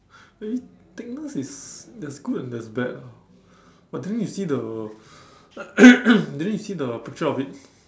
maybe thickness is there's good and there's bad ah but then you see the didn't you see the picture of it